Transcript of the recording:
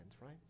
right